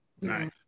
Nice